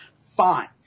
fine